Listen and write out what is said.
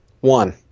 One